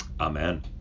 amen